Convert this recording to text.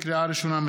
לקריאה ראשונה,